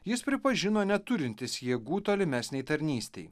jis pripažino neturintis jėgų tolimesnei tarnystei